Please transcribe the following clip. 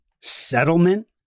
Settlement